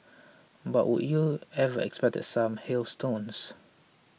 but would you ever expect some hailstones